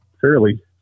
fairly